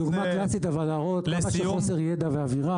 זו דוגמה קלאסית להראות כמה שחוסר ידע ואווירה